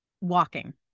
walking